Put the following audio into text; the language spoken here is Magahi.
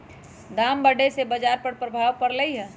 दाम बढ़े से बाजार पर प्रभाव परलई ह